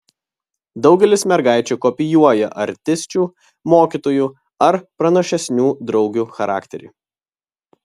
daugelis mergaičių kopijuoja artisčių mokytojų ar pranašesnių draugių charakterį